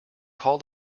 call